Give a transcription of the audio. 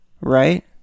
right